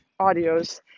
audios